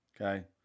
Okay